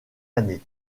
année